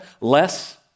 less